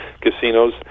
casinos